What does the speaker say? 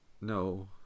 No